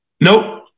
Nope